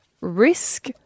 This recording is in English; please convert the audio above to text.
risk